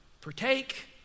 partake